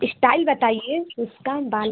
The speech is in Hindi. इश्टाइल बताइए उसका बाल